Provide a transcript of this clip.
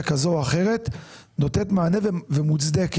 כזו או אחרת נותנת מענה ומוצדקת.